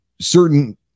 certain